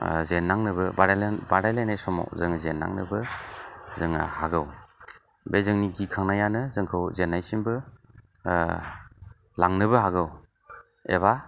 जेननाङोबो बादायलायनाय समाव जों जेननांनोबो जोङो हागौ बे जोंनि गिखांनायानो जोंखौ जेननायसिमबो लांनोबो हागौ एबा